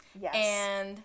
Yes